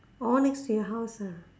orh next to your house ah